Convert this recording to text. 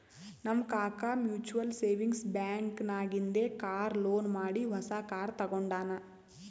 ನಮ್ ಕಾಕಾ mutual savings bank ನಾಗಿಂದೆ ಕಾರ್ ಲೋನ್ ಮಾಡಿ ಹೊಸಾ ಕಾರ್ ತಗೊಂಡಾನ್